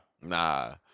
Nah